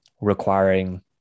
requiring